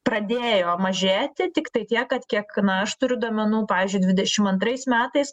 pradėjo mažėti tiktai tiek kad kiek na aš turiu duomenų pavyzdžiui dvidešim antrais metais